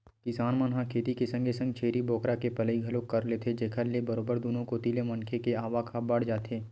किसान मन ह खेती के संगे संग छेरी बोकरा के पलई घलोक कर लेथे जेखर ले बरोबर दुनो कोती ले मनखे के आवक ह बड़ जाथे